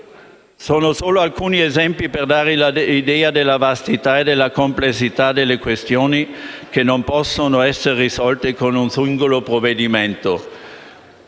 Sono solo alcuni esempi per dare l'idea della vastità e della complessità delle questioni che non possono essere risolte con un singolo provvedimento,